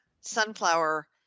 sunflower